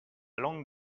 langue